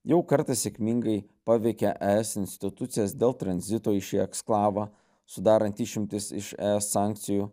jau kartą sėkmingai paveikė es institucijas dėl tranzito į šį eksklavą sudarant išimtis iš es sankcijų